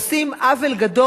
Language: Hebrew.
עושים עוול גדול,